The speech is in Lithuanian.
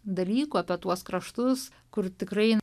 dalykų apie tuos kraštus kur tikrai